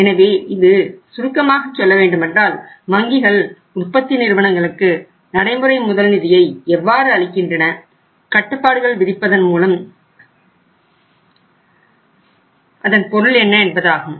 எனவே இது சுருக்கமாகச் சொல்ல வேண்டுமென்றால் வங்கிகள் உற்பத்தி நிறுவனங்களுக்கு நடைமுறை முதல் நிதியை எவ்வாறு அளிக்கின்றன கட்டுப்பாடுகள் விதிப்பதன் பொருள் என்ன என்பதாகும்